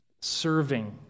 Serving